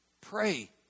pray